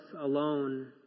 alone